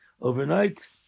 overnight